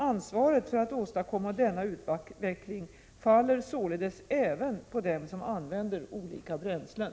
Ansvaret för att åstadkomma denna utveckling faller således även på dem som använder olika bränslen.